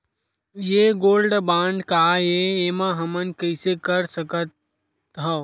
ये gold bond काय ए एमा हमन कइसे कर सकत हव?